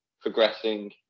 progressing